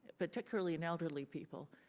particularly in elderly people.